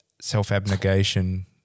self-abnegation